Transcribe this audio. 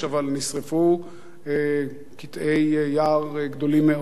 אבל נשרפו קטעי יער גדולים מאוד.